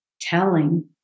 telling